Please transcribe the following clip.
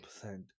percent